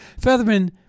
Featherman